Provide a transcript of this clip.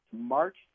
march